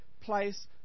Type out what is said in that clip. place